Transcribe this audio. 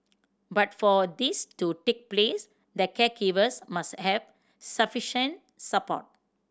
but for this to take place the caregivers must have sufficient support